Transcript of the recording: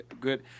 good